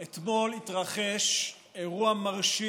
אתמול התרחש אירוע מרשים.